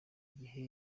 gihe